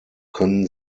können